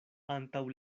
antaŭ